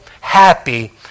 happy